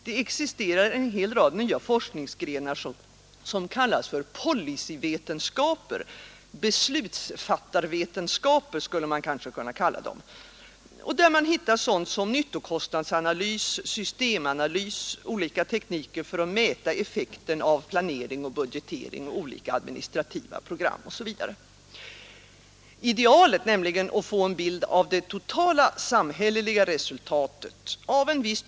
Det existerar en hel rad nya forskningsgrenar som kallas för policyvetenskaper beslutsfattarvetenskaper skulle vi kanske kunna kalla dem där man hittar sådant som nyttokostnadsanalys, systemanalys och olika tekniker för att mäta effekten av planering, budgetering och olika administrativa program osv. Idealet, nämligen att få en bild av typ av industri, trafikupplägglan eller aldrig uppnås.